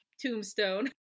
tombstone